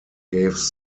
gave